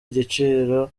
igiciro